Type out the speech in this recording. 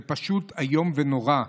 זה פשוט איום ונורא.